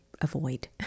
avoid